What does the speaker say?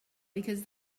because